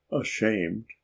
ashamed